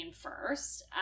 first